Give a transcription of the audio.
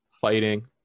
Fighting